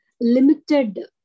limited